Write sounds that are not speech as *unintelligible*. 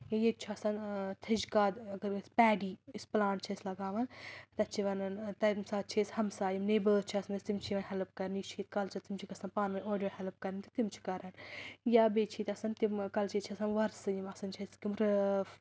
ییٚتہِ چھُ آسان تھٔج کاد اَگر أسۍ پیڈی یُس پٕلانٛٹ چھِ أسۍ لَگاوان تَتھ چھِ وَنان تَمہِ ساتہٕ چھِ أسۍ ہَمساے یِم نیبٲرٕز چھِ آسان اَسہِ تِم چھِ یِوان ہٮ۪لٕپ کَرنہِ یہِ چھِ ییٚتہِ کَلچَر تِم چھِ گژھان پانہٕ ؤنۍ اورٕ یورٕ ہٮ۪لٕپ کَرنہِ تہٕ تِم چھِ کران یا بیٚیہِ چھِ ییٚتہِ آسان تِم کَلچہِ ییٚتہِ چھِ آسان وۄرثہٕ یِم آسان چھِ اَسہِ *unintelligible*